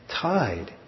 tied